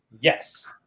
yes